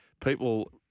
people